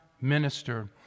minister